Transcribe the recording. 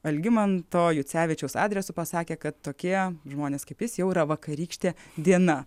algimanto jucevičiaus adresu pasakė kad tokie žmonės kaip jis jau yra vakarykštė diena